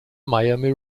miami